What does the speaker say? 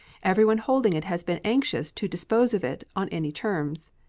everyone holding it has been anxious to dispose of it on any terms.